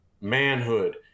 manhood